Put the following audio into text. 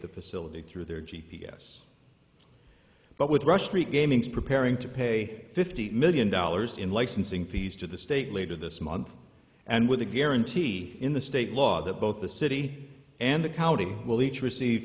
the facility through their g p s but with rush creek gaming's preparing to pay fifty million dollars in licensing fees to the state later this month and with a guarantee in the state law that both the city and the county will each receive